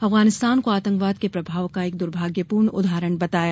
अफगानिस्तान को आंतकवाद के प्रभाव का एक दुर्भाग्यपूर्ण उदाहरण बताया